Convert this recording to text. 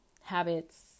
Habits